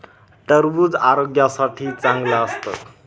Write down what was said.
टरबूज आरोग्यासाठी चांगलं असतं